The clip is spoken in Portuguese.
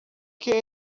que